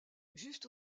juste